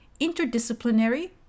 interdisciplinary